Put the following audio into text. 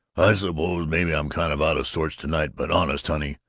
i suppose maybe i'm kind of out of sorts to-night, but honest, honey,